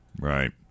Right